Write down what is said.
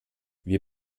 wir